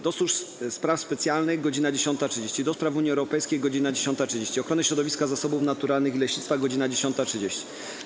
do Spraw Służb Specjalnych - godz. 10.30, - do Spraw Unii Europejskiej - godz. 10.30, - Ochrony Środowiska, Zasobów Naturalnych i Leśnictwa - godz. 10.30,